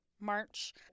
march